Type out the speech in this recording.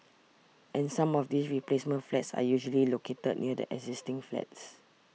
and some of these replacement flats are usually located near the existing flats